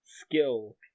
skill